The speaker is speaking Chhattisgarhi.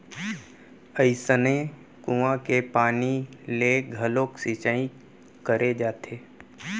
अइसने कुँआ के पानी ले घलोक सिंचई करे जाथे